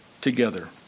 together